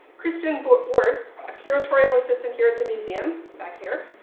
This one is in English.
christian but wurst, a curatorial assistant here at the museum, back here,